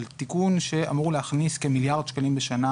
תיקון שאמור להכניס כמיליארד שקלים בשנה,